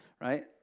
right